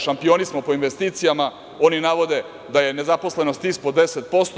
Šampioni smo po investicijama, oni navode da je nezaposlenost ispod 10%